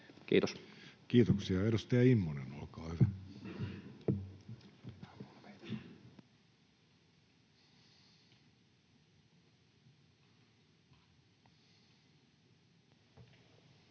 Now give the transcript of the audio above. Content: Kiitoksia. — Edustaja Heinonen, olkaa hyvä.